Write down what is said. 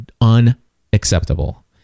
unacceptable